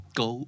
go